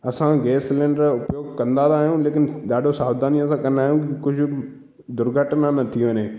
असां gas cylinder जो उपयोगु कंदा त आहियूं लेकिन ॾाढो सावधानीअ सां कंदा आहियूं की कुझु दुर्घटना न थी वञे